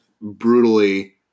brutally